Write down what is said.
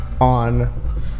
on